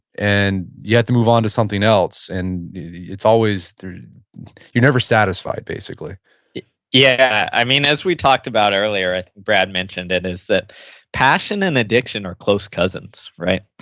and you have to move onto something else. and it's always, you're never satisfied, basically yeah, i mean as we talked about earlier, ah brad mentioned and is that passion and addiction are close cousins. right?